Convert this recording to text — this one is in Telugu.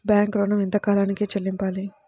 బ్యాంకు ఋణం ఎంత కాలానికి చెల్లింపాలి?